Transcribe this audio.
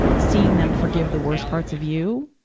seeing them forgive the worst parts of you.